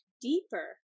deeper